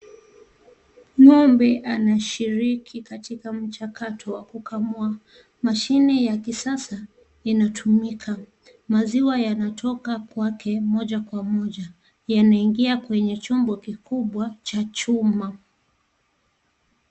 Ngombe anashiriki katika mchakato wa kukamua mashine ya kisasa inatumika. Maziwa yanatoka kwake moja kwa moja yanaingia kwenye chombo kikubwa cha chuma.